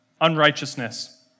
unrighteousness